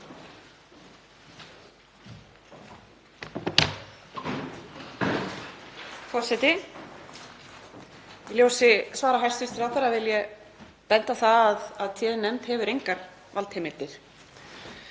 Forseti. Í ljósi svara hæstv. ráðherra vil ég benda á að téð nefnd hefur engar valdheimildir.